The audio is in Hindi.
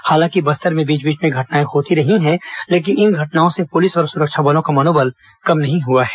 हालांकि बस्तर में बीच बीच में घटनाएँ होती रही हैं लेकिन इन घटनाओं से पुलिस और सुरक्षा बलों का मनोबल कम नहीं हुआ है